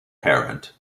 parent